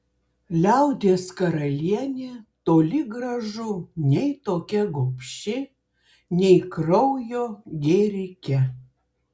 liaudies karalienė toli gražu nei tokia gobši nei kraujo gėrike